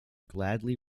gladly